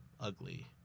ugly